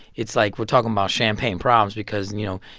it's like we're talking about champagne problems because, you know,